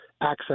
access